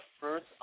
first